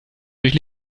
durch